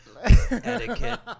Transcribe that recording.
etiquette